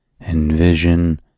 envision